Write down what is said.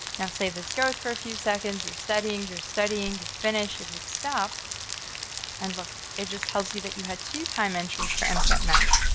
now say this goes for a few seconds. you're studying, you're studying, you finish, you hit stop and look. it just tells you that you had two time entries for mcat math.